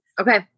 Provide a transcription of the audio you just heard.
Okay